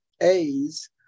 A's